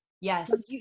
Yes